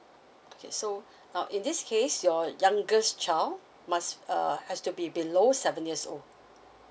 okay so now in this case your youngest child must uh has to be below seven years old